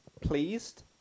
pleased